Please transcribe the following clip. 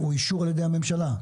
אישור על ידי הממשלה?